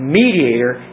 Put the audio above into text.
mediator